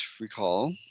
recall